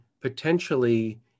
potentially